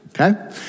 okay